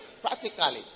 practically